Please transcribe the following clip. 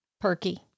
Perky